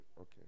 okay